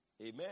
Amen